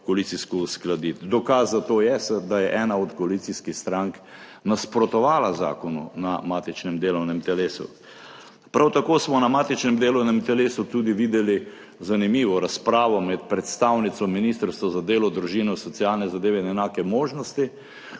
koalicijsko uskladiti. Dokaz za to je, da je ena od koalicijskih strank nasprotovala zakonu na matičnem delovnem telesu. Prav tako smo na matičnem delovnem telesu tudi videli zanimivo razpravo med predstavnico Ministrstva za delo, družino, socialne zadeve in enake možnosti,